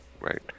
Right